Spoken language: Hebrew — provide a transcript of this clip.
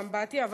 באמבטיה,